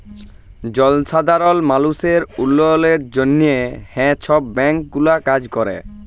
জলসাধারল মালুসের উল্ল্যয়লের জ্যনহে হাঁ ছব ব্যাংক গুলা কাজ ক্যরে